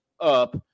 up